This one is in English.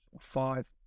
five